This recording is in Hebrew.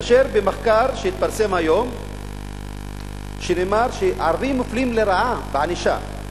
במחקר שהתפרסם היום נאמר שערבים מופלים לרעה בענישה.